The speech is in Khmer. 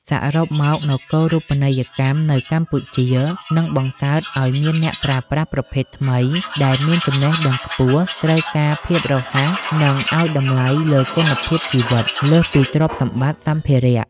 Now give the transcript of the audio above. សរុបមក នគរូបនីយកម្មនៅកម្ពុជានឹងបង្កើតឱ្យមានអ្នកប្រើប្រាស់ប្រភេទថ្មី ដែលមាន "ចំណេះដឹងខ្ពស់ ត្រូវការភាពរហ័ស និងឱ្យតម្លៃលើគុណភាពជីវិត" លើសពីទ្រព្យសម្បត្តិសម្ភារៈ។